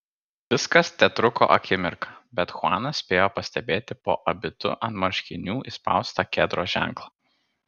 viskas tetruko akimirką bet chuanas spėjo pastebėti po abitu ant marškinių įspaustą kedro ženklą